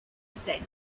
said